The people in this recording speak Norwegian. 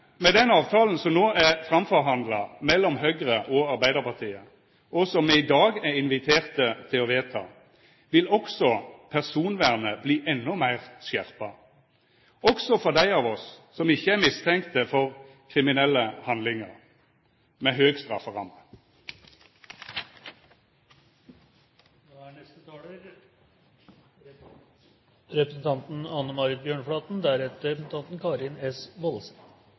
Med den avtalen som no er framforhandla mellom Høgre og Arbeidarpartiet, og som me i dag er inviterte til å vedta, vil også personvernet verta endå meir skjerpa, også for dei av oss som ikkje er mistenkte for kriminelle handlingar med høg strafferamme. Jeg har et ønske om å kommentere enkelte forhold som er